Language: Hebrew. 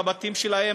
לבתים שלהם,